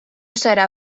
serà